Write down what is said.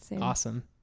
awesome